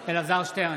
שטרן,